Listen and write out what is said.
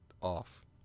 off